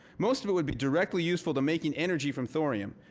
most of it would be directly useful to making energy from thorium.